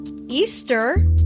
Easter